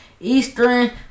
Eastern